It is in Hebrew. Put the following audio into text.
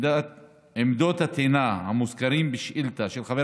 עמדות הטעינה המוזכרות בשאילתה של חבר